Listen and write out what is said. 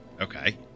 Okay